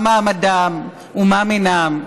מה מעמדם ומה מינם,